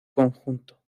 conjunto